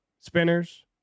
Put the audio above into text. Spinners